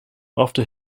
after